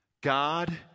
God